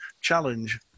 challenge